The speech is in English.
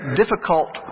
difficult